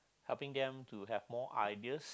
helping them to have more ideas